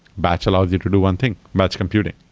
batch allows you to do one thing, batch computing.